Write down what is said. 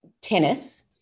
tennis